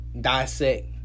dissect